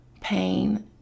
pain